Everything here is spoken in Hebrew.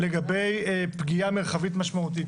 לגבי פגיעה מרחבית משמעותית.